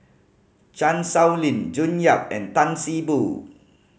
Chan Sow Lin June Yap and Tan See Boo